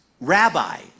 rabbi